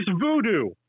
voodoo